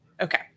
Okay